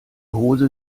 hose